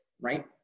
right